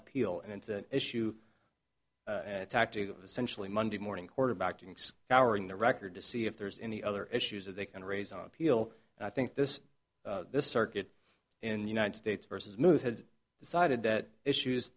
appeal and it's an issue and tactic of essentially monday morning quarterbacking scouring the record to see if there's any other issues that they can raise on appeal and i think this this circuit in the united states versus moves has decided that issues